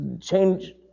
change